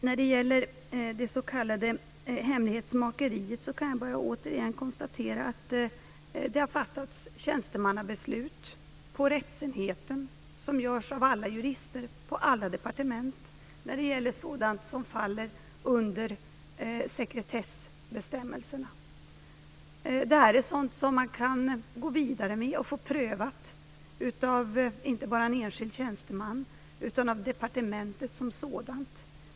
När det gäller det s.k. hemlighetsmakeriet kan jag bara återigen konstatera att det har fattats tjänstemannabeslut på rättsenheten. Det görs av alla jurister på alla departement när det gäller sådant som faller under sekretessbestämmelserna. Det är sådant som man kan gå vidare med och få prövat inte bara av en enskild tjänsteman utan av departementet som sådant.